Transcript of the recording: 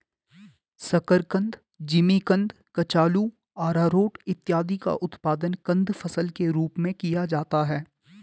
शकरकंद, जिमीकंद, कचालू, आरारोट इत्यादि का उत्पादन कंद फसल के रूप में किया जाता है